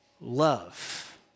love